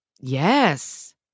yes